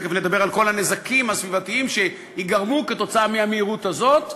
תכף נדבר על כל הנזקים הסביבתיים שייגרמו כתוצאה מהמהירות הזאת,